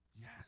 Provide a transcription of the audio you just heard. Yes